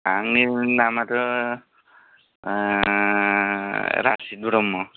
आंनि नामाथ' रासित ब्रह्म